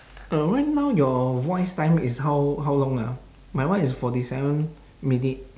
uh right now your voice time is how how long ah my one is forty seven minute